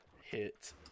hit